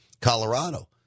Colorado